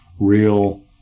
real